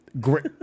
Great